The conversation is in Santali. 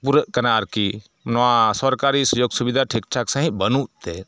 ᱯᱩᱨᱟᱹᱜ ᱠᱟᱱᱟ ᱟᱨᱠᱤ ᱱᱚᱣᱟ ᱥᱚᱨᱠᱟᱨᱤ ᱥᱩᱡᱳᱜᱽ ᱥᱩᱵᱤᱫᱷᱟ ᱴᱷᱤᱠ ᱴᱷᱟᱠ ᱥᱟᱺᱦᱤᱡ ᱵᱟᱹᱱᱩᱜᱛᱮ